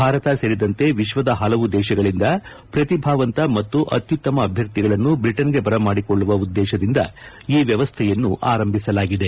ಭಾರತ ಸೇರಿದಂತೆ ವಿಶ್ವದ ಹಲವು ದೇಶಗಳಿಂದ ಪ್ರತಿಭಾವಂತ ಮತ್ತು ಅತ್ಯುತ್ತಮ ಅಭ್ವರ್ಥಿಗಳನ್ನು ಬ್ರಿಟನ್ಗೆ ಬರಮಾಡಿಕೊಳ್ಳುವ ಉದ್ದೇಶದಿಂದ ಈ ವ್ವವಸ್ಥೆಯನ್ನು ಆರಂಭಿಸಲಾಗಿದೆ